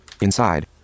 inside